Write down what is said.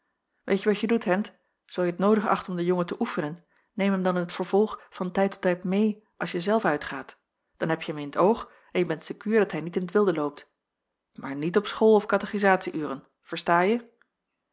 onderwijl weetje wat je doet hendt zoo je t noodig acht om den jongen te oefenen neem hem dan in t vervolg van tijd tot tijd meê als je zelf uitgaat dan hebje hem in t oog en je bent sekuur dat hij niet in t wilde loopt maar niet op school of katechisatie uren verstaje hm